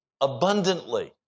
abundantly